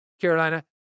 Carolina